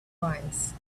wise